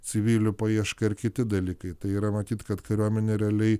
civilių paieška ir kiti dalykai tai yra matyt kad kariuomenė realiai